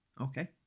Okay